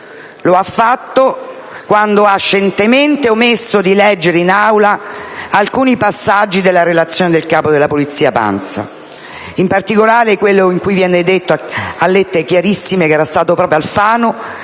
Lo ha fatto quando ha omesso scientemente di leggere in Aula alcuni passaggi della relazione del capo della Polizia Pansa, e in particolare quello in cui viene detto a lettere chiarissime che era stato proprio Alfano